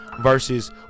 Versus